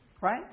Right